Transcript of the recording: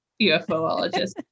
UFOologist